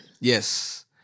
Yes